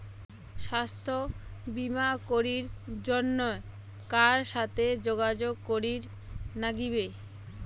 স্বাস্থ্য বিমা করির জন্যে কার সাথে যোগাযোগ করির নাগিবে?